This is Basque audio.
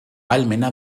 ahalmena